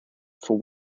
for